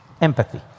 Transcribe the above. Empathy